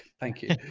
thank you.